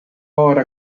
hora